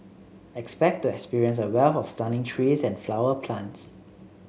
expect to experience a wealth of stunning trees and flower plants